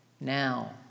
now